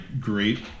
great